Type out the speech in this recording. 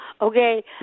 Okay